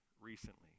recently